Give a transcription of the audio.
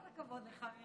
כל הכבוד לך.